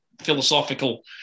philosophical